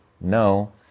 No